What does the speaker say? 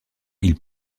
ils